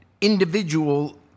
individual